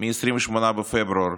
מ-28 בפברואר,